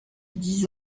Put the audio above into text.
dix